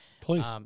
Please